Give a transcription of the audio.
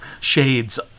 shades